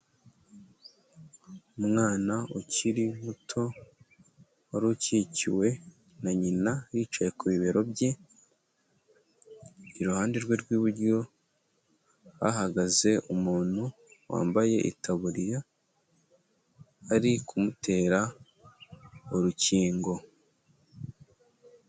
Umwana ukiri muto wari ukikiwe na nyina yicaye ku bibero bye, iruhande rwe rw'iburyo hahagaze umuntu wambaye itaburiya ari kumutera urukingo.